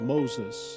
Moses